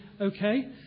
okay